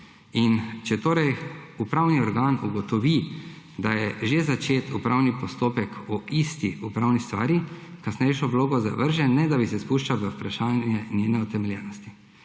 Če torej upravni organ ugotovi, da je že začet upravni postopek o isti upravni stvari, kasnejšo vlogo zavrže, ne da bi se spuščal v vprašanje njene utemeljenosti.